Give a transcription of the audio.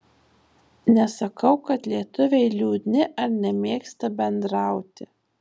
nesakau kad lietuviai liūdni ar nemėgsta bendrauti